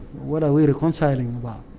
what are we reconciling